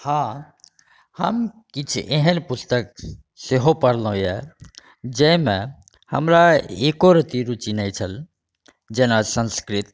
हँ हम किछु एहन पुस्तक सेहो पढ़लहुँ अइ जाहिमे हमरा एको रत्ती रुचि नहि छल जेना संस्कृत